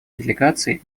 делегаций